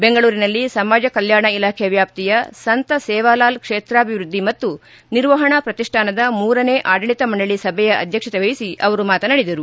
ಬೆಂಗಳೂರಿನಲ್ಲಿ ಸಮಾಜ ಕಲ್ಕಾಣ ಇಲಾಖೆ ವ್ಯಾಪ್ತಿಯ ಸಂತ ಸೇವಾ ಲಾಲ್ ಕ್ಷೇತಾಭಿವೃದ್ಧಿ ಮತ್ತು ನಿರ್ವಹಣಾ ಪ್ರತಿಷ್ಠಾನದ ಮೂರನೇ ಆಡಳಿತ ಮಂಡಳಿ ಸಭೆಯ ಅಧ್ಯಕ್ಷತೆ ವಹಿಸಿ ಅವರು ಮಾತನಾಡಿದರು